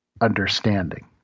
understanding